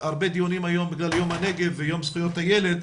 יש הרבה דיונים היום בגלל יום הנגב ויום זכויות הילד.